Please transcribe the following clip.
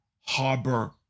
harbor